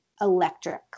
electric